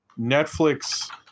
Netflix